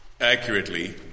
accurately